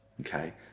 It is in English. Okay